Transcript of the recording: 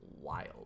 wild